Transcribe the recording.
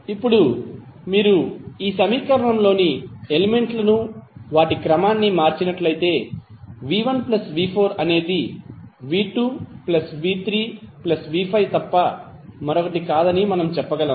ఇప్పుడు మీరు ఈ సమీకరణంలోని ఎలిమెంట్లను వాటి క్రమాన్ని మార్చినట్లయితే v1 v4 అనేది v2 v3 v5 తప్ప మరొకటి కాదని మనము చెప్పగలం